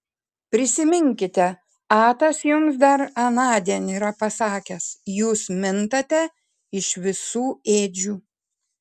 prisiminkite atas jums dar anądien yra pasakęs jūs mintate iš visų ėdžių